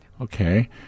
Okay